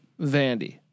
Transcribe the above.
Vandy